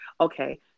Okay